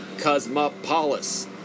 Cosmopolis